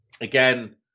again